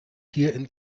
hier